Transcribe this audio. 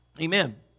Amen